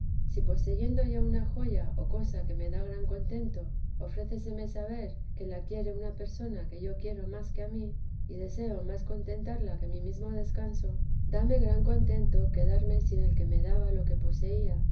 si poseyendo yo una joya o cosa que me da gran contento ofréceseme saber que la quiere una persona que yo quiero más que a mí y deseo más contentarla que mi mesmo descanso dame gran contento quedarme sin ella que me daba lo que poseía